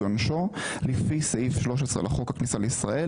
עונשו לפי סעיף 13 לחוק הכניסה לישראל,